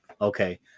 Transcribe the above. Okay